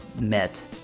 met